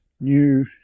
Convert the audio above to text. new